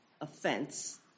offense